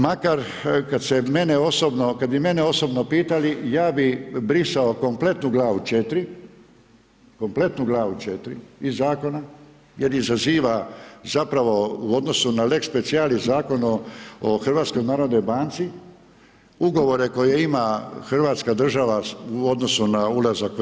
Makar kada se mene osobno, kada bi mene osobno pitali ja bih brisao kompletnu glavu 4, kompletnu glavu 4 iz zakona jer izaziva zapravo u odnosu na lex specialis Zakon o HNB-u, ugovore koje ima Hrvatska država u odnosu na ulazak u EU.